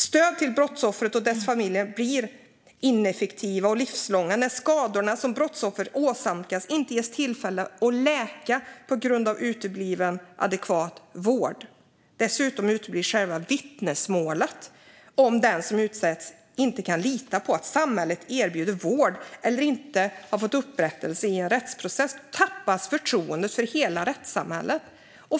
Stödet till brottsoffret och dess familj blir ineffektivt och skadorna som brottsoffret åsamkats blir livslånga när tillfälle inte ges att låta skadorna läkas på grund av utebliven adekvat vård. Dessutom kan själva vittnesmålet utebli om den som utsätts inte kan lita på att samhället kan erbjuda vård. Om man inte har fått upprättelse i en rättsprocess tappar man förtroendet för hela rättssamhället.